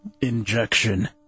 injection